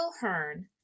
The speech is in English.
Hearn